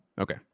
Okay